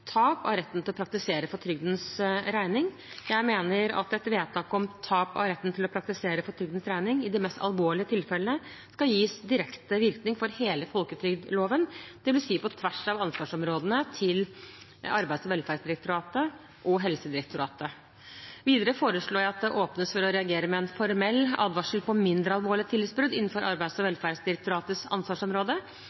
tap av retten til å praktisere for trygdens regning. Jeg mener at et vedtak om tap av retten til å praktisere for trygdens regning i de mest alvorlige tilfellene skal gis direkte virkning for hele folketrygdloven, dvs. på tvers av ansvarsområdene til Arbeids- og velferdsdirektoratet og Helsedirektoratet. Videre foreslår jeg at det åpnes for å reagere med en formell advarsel på mindre alvorlige tillitsbrudd innenfor Arbeids- og